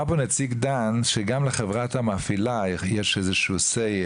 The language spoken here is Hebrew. אמר פה נציג "דן" שגם לחברת המפעילה יש איזשהו סיי,